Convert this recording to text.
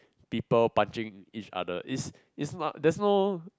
people punching each other is is not there's no